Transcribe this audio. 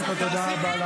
קודם כול, תודה רבה לך.